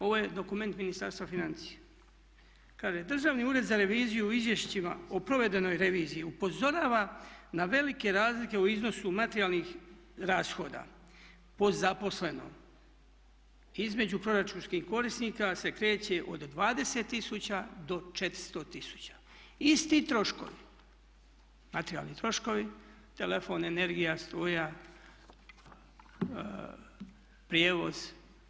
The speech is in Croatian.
Ovo je dokument Ministarstva financija, kaže: "Državni ured za reviziju u izvješćima o provedenoj reviziji upozorava na velike razlike u iznosu materijalnih rashoda po zaposlenom, između proračunskih korisnika se kreće od 20 tisuća do 400 tisuća." Isti troškovi, materijalni troškovi, telefon, energija, struja, prijevoz.